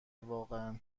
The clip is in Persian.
واقعا